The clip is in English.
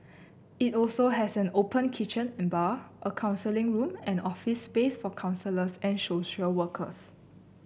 it also has an open kitchen and bar a counselling room and office space for counsellors and social workers